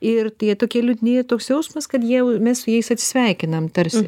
ir tai jie tokie liūdni ir toks jausmas kad jie jau mes su jais atsisveikinam tarsi